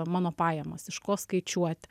mano pajamas iš ko skaičiuoti